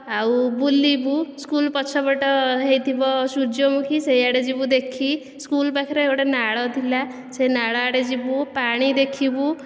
ଆଉ ବୁଲିବୁ ସ୍କୁଲ ପଛପଟ ହୋଇଥିବ ସୂର୍ଯ୍ୟମୁଖୀ ସେ ଆଡ଼େ ଯିବୁ ଦେଖି ସ୍କୁଲ ପାଖରେ ଗୋଟେ ନାଳ ଥିଲା ସେ ନାଳ ଆଡ଼େ ଯିବୁ ପାଣି ଦେଖିବୁ